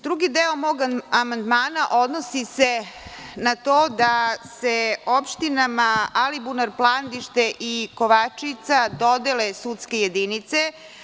Drugi deo mog amandmana odnosi se na to da se opštinama Alibunar, Plandište i Kovačica dodele sudske jedinice.